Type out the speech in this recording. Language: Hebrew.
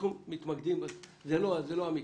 זה לא המקרה.